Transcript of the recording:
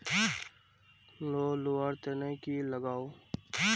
Loan लुवा र तने की लगाव?